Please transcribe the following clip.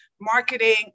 marketing